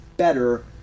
Better